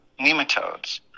nematodes